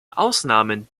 ausnahmen